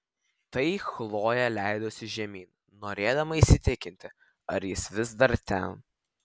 tai chlojė leidosi žemyn norėdama įsitikinti ar jis vis dar ten